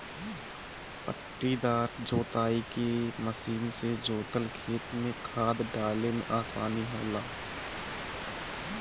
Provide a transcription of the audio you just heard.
पट्टीदार जोताई के मशीन से जोतल खेत में खाद डाले में आसानी होला